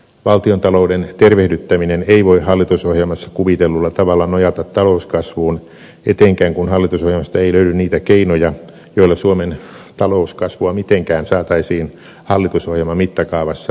valtiontalouden tervehdyttäminen ei voi hallitusohjelmassa kuvitellulla tavalla nojata talouskasvuun etenkään kun hallitusohjelmasta ei löydy niitä keinoja joilla suomen talouskasvua mitenkään saataisiin hallitusohjelman mittakaavassa vauhditetuksi